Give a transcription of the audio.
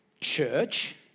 Church